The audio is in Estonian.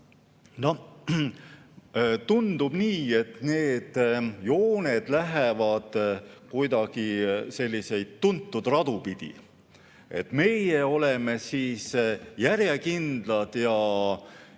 Tundub nii, et need jooned lähevad kuidagi selliseid tuntud radu pidi. Meie oleme järjekindlad ja